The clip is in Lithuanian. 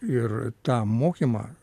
ir tą mokymą